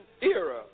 era